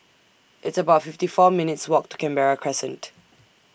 It's about fifty four minutes' Walk to Canberra Crescent